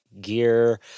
gear